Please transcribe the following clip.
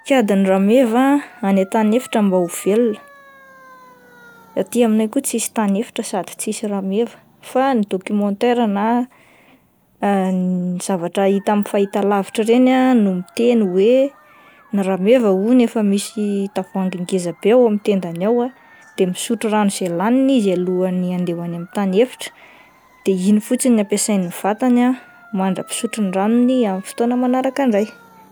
Paikadin'ny rameva any an-tany efitra mba ho velona, aty aminay koa tsisy tany efitra sady tsisy rameva fa ny documentaire na ny zavatra hita amin'ny fahitalavitra ireny ah no miteny hoe ny rameva hono efa misy tavoahangy ngeza be ao amin'ny tendany ao de misotro rano izay laniny izy alohany andeha hoan'ny amin'ny tany efitra de iny fotsiny no ampiasain'ny vatany ah mandrapy sotrony rano amin 'ny fotoana manaraka indray.